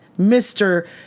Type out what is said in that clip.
Mr